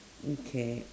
mm k